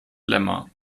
lemma